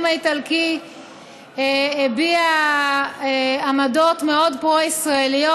האיטלקי הביע עמדות מאוד פרו-ישראליות.